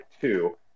two